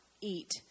eat